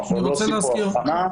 אנחנו לא עושים פה הבחנה.